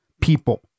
people